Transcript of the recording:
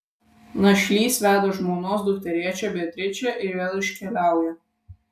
našlys veda žmonos dukterėčią beatričę ir vėl iškeliauja